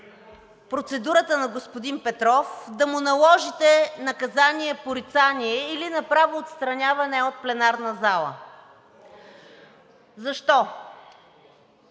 процедурата на господин Петров да му наложите наказание „порицание“ или направо „отстраняване“ от пленарната зала. Защо?